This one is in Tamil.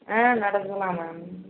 ஆ நடத்திக்கலாம் மேம்